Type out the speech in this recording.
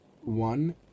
one